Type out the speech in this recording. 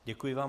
Děkuji vám.